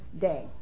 day